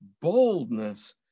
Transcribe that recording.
boldness